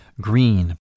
green